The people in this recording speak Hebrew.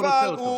הציבור רוצה אותו.